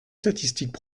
statistiques